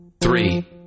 three